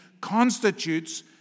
constitutes